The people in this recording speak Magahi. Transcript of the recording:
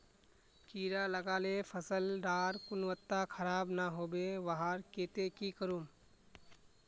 कीड़ा लगाले फसल डार गुणवत्ता खराब ना होबे वहार केते की करूम?